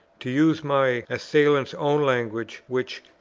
to use my assailant's own language, which,